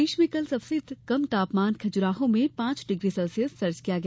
प्रदेश में कल सबसे कम तापमान खजुराहो में पांच डिग्री सेल्सियस दर्ज किया गया